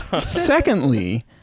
Secondly